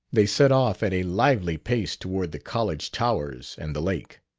they set off at a lively pace toward the college towers and the lake.